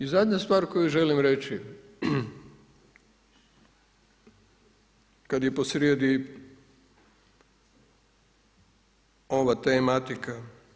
I zadnja stvar koju želim reći kad je posrijedi ova tematika.